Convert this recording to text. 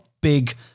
big